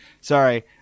Sorry